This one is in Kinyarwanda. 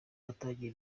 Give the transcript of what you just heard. yatangiye